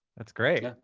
that's great.